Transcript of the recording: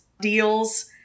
deals